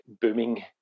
booming